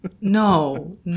No